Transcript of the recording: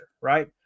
right